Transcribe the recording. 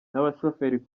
n’abashoferi